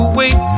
wait